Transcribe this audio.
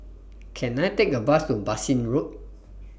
Can I Take A Bus to Bassein Road